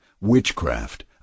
witchcraft